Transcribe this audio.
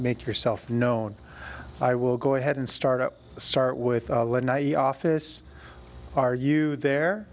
make yourself known i will go ahead and start up start with office are you there